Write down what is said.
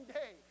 day